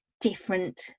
different